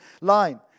line